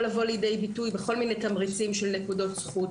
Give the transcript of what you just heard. זה יכול לבוא לידי ביטוי בכל מיני תמריצים של נקודות זכות